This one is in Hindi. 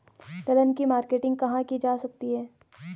दलहन की मार्केटिंग कहाँ की जा सकती है?